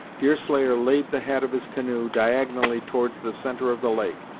deerslayer laid the head of his canoe diagonally towards the centre of the lake,